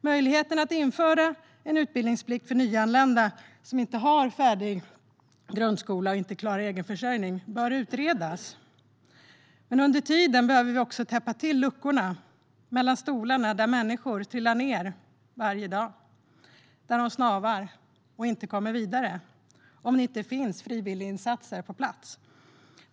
Möjligheten att införa en utbildningsplikt för nyanlända som inte har färdig grundskola och inte klarar sin egen försörjning bör utredas. Men under tiden behöver vi också täppa till luckorna mellan stolarna där människor varje dag trillar ned. Där snavar de, och de kommer inte vidare om det inte finns frivilliginsatser på plats.